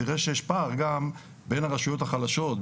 תראה שיש פער גם בין הרשויות החלשות,